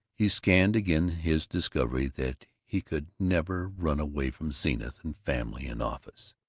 he scanned again his discovery that he could never run away from zenith and family and office,